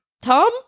Tom